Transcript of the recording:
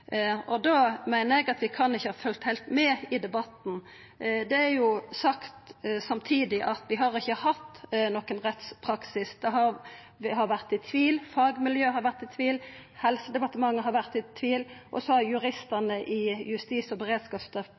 meiner eg at ein ikkje kan ha følgt heilt med i debatten. Det er samtidig sagt at vi ikkje har hatt nokon rettspraksis: Vi har vore i tvil, fagmiljøa har vore i tvil, Helsedepartementet har vore i tvil, og så har juristane i Justis- og